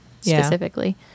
specifically